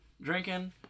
drinking